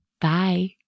Bye